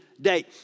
date